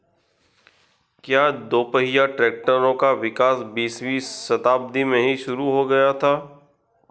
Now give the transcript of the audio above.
क्या दोपहिया ट्रैक्टरों का विकास बीसवीं शताब्दी में ही शुरु हो गया था?